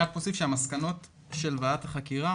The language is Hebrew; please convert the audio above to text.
אני רק אוסיף שהמסקנות של ועדת החקירה